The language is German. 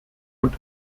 und